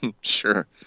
Sure